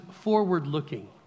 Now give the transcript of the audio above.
forward-looking